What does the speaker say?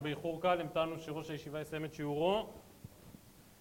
באיחור קהל המתנו שראש הישיבה יסיים את שיעורו